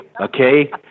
Okay